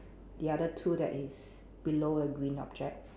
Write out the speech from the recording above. the other two that is below the green object